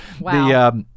Wow